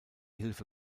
hilfe